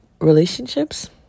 relationships